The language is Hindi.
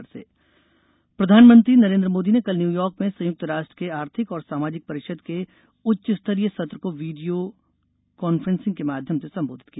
मोदी संबोधन प्रधानमंत्री नरेन्द्र मोदी ने कल न्यूयॉर्क में संयुक्त राष्ट्र के आर्थिक और सामाजिक परिषद के उच्च स्तरीय सत्र को वीडियों के माध्यम से संबोधित किया